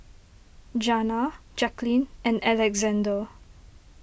Janna Jaclyn and Alexzander